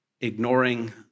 ignoring